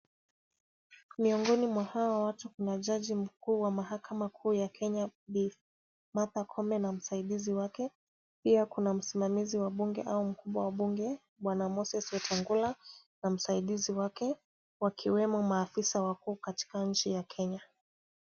Miongoni mwa hawa watu kuna jaji mkuu wa mahakama kuu ya Kenya, bi Martha Koome na msaidizi wake. Pia kuna msimamizi wa bunge au mkubwa wa mbunge bwana Moses Wetangula na msaidizi wake, wakiwemo maafisa wakuu katika nchi ya Kenya.